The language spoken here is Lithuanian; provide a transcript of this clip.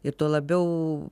ir tuo labiau